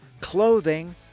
clothing